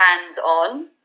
hands-on